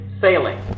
sailing